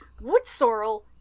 Woodsorrel